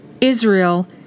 Israel